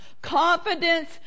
Confidence